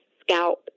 scalp